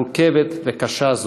מורכבת וקשה זו.